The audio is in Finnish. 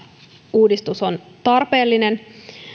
uudistus on tarpeellinen